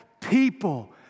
people